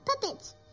Puppets